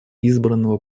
избранного